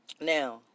Now